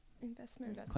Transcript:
investment